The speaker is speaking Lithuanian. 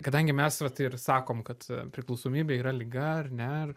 kadangi mes vat ir sakom kad priklausomybė yra liga ar ne ar